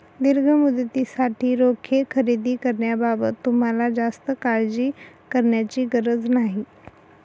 दीर्घ मुदतीसाठी रोखे खरेदी करण्याबाबत तुम्हाला जास्त काळजी करण्याची गरज नाही